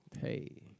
Hey